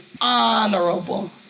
honorable